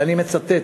ואני מצטט: